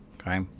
okay